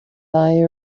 buy